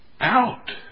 out